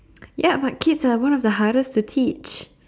ya but kids are one of the hardest to teach